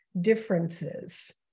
differences